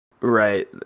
Right